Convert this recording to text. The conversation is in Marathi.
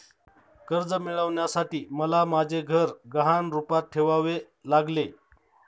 कर्ज मिळवण्यासाठी मला माझे घर गहाण रूपात ठेवावे लागले